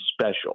special